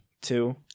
two